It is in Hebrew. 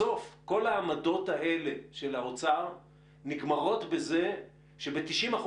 בסוף כל העמדות האלה של האוצר נגמרות בכך שב-90%